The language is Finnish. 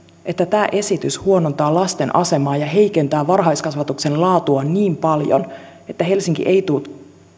että tämä esitys huonontaa lasten asemaa ja heikentää varhaiskasvatuksen laatua niin paljon että helsinki ei tule